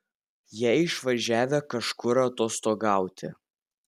jie išvažiavę kažkur atostogauti